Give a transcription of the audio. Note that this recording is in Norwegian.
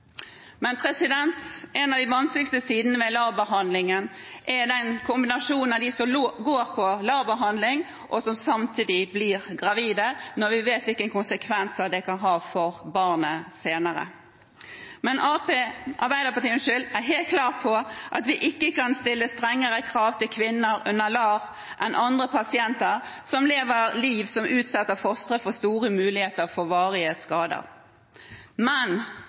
En av de vanskeligste sidene ved LAR-behandlingen er den kombinasjonen når de som går på LAR-behandling, samtidig blir gravide, når vi vet hvilke konsekvenser det kan ha for barnet senere. Arbeiderpartiet er helt klar på at vi ikke kan stille strengere krav til kvinner under LAR enn til andre pasienter som lever et liv der de utsetter fosteret for store muligheter for varige skader. Men